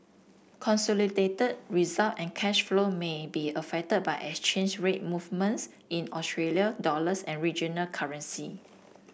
consolidated result and cash flow may be affected by exchange rate movements in Australia dollars and regional currency